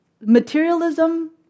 materialism